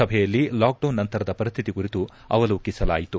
ಸಭೆಯಲ್ಲಿ ಲಾಕ್ಡೌನ್ ನಂತರದ ಪರಿಶ್ಠಿತಿ ಕುರಿತು ಅವಲೋಕಿಸಲಾಯಿತು